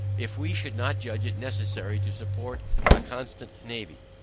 if we should not judge it necessary to support a constant navy.